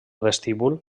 vestíbul